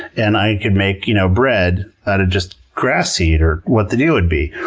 and i could make you know bread out of just grass seed, or what the deal would be.